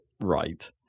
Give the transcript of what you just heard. right